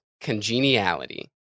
Congeniality